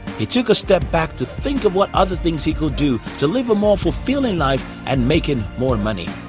he took a step back to think of what other things he could do to live a more fulfilling life and making more money.